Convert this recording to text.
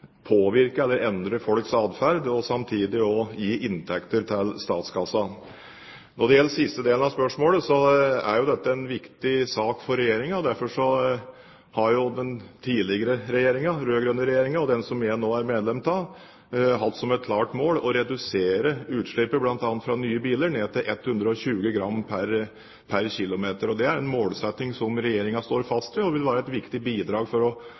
påvirke, eller endre folks atferd, og samtidig gi inntekter til statskassen. Når det gjelder siste del av spørsmålet, er dette en viktig sak for Regjeringen. Derfor har tidligere den rød-grønne regjeringen, den som jeg nå er medlem av, hatt som et klart mål å redusere utslippet bl.a. fra nye biler til 120 g/km. Det er en målsetting som Regjeringen står fast ved, og det vil være et viktig bidrag for